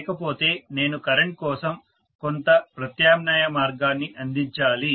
లేకపోతే నేను కరెంట్ కోసం కొంత ప్రత్యామ్నాయ మార్గాన్ని అందించాలి